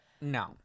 No